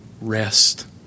rest